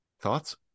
Thoughts